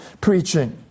preaching